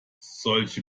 solche